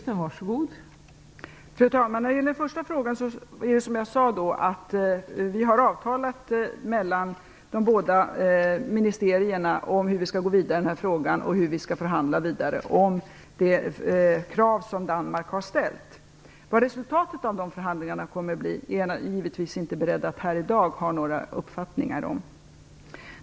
Fru talman! Svaret på den första frågan är, som jag sade, att vi i de båda ministerierna emellan har avtalat hur vi skall gå vidare med frågan och hur vi skall förhandla vidare om det krav som Danmark har ställt. Vad resultatet av förhandlingarna kommer att bli är jag givetvis inte i dag beredd att ha någon uppfattning om.